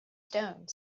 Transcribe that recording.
stone